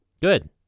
Good